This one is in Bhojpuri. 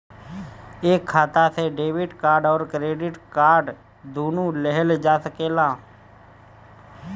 एक खाता से डेबिट कार्ड और क्रेडिट कार्ड दुनु लेहल जा सकेला?